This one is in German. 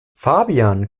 fabian